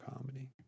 comedy